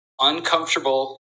uncomfortable